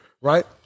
right